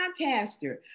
podcaster